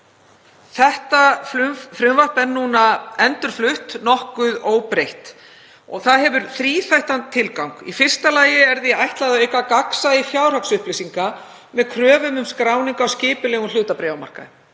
Þetta frumvarp er endurflutt nokkuð óbreytt og það hefur þríþættan tilgang. Í fyrsta lagi er því ætlað að auka gegnsæi fjárhagsupplýsinga með kröfum um skráningu á skipulegum hlutabréfamarkaði.